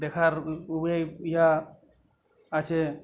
দেখার ওয়ে ইহা আছে